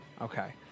Okay